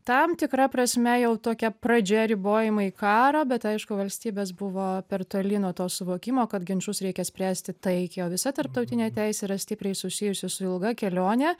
tam tikra prasme jau tokia pradžia ribojimai į karą bet aišku valstybės buvo per toli nuo to suvokimo kad ginčus reikia spręsti taikiai o visa tarptautinė teisė yra stipriai susijusi su ilga kelione